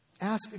ask